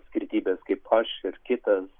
skirtybės kaip aš ir kitas